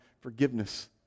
forgiveness